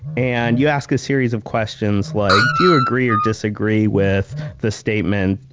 and you ask a series of questions like, do you agree or disagree with the statement,